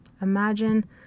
Imagine